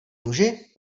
muži